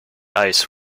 ice